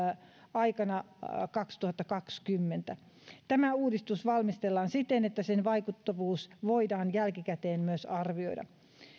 kaksituhattakaksikymmentä aikana tämä uudistus valmistellaan siten että sen vaikuttavuus voidaan jälkikäteen myös arvioida